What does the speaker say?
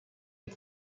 ایم